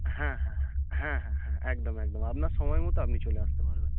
হ্যাঁ হ্যাঁ হ্যাঁ হ্যাঁ হ্যাঁ হ্যাঁ একদম একদম আপনার সমায় মতো আপনি চলে আসতে পারবেন